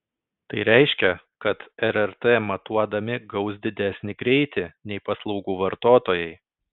tai reiškia kad rrt matuodami gaus didesnį greitį nei paslaugų vartotojai